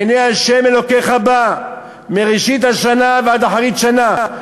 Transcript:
עיני ה' אלוקיך בה מראשית השנה ועד אחרית שנה.